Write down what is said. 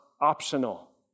optional